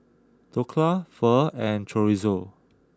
Dhokla Pho and Chorizo